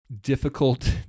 difficult